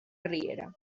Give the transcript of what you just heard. riera